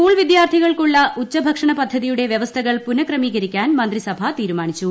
school ്വീദ്യാർത്ഥികൾക്കുള്ള ഉച്ചഭക്ഷണ പദ്ധതിയുടെ വൃവസ്ഥകൾ പുനഃക്രമീകരീക്കാൻ മന്ത്രിസഭ തീരുമാനിച്ചു